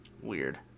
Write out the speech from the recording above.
Weird